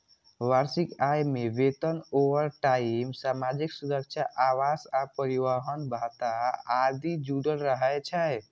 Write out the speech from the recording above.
वार्षिक आय मे वेतन, ओवरटाइम, सामाजिक सुरक्षा, आवास आ परिवहन भत्ता आदि जुड़ल रहै छै